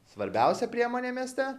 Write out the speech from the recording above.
svarbiausia priemonė mieste